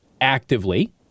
actively